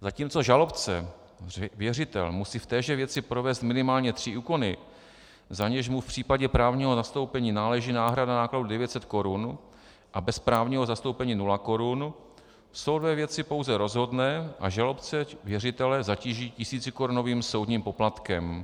Zatímco žalobce, věřitel, musí v téže věci provést minimálně tři úkony, za něž mu v případě právního zastoupení náleží náhrada nákladů 900 korun, a bez právního zastoupení nula korun, soud ve věci pouze rozhodne a žalobce, věřitele, zatíží tisícikorunovým soudním poplatkem.